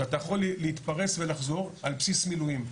שאתה יכול להתפרס ולחזור על בסיס מילואים.